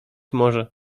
może